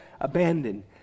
abandoned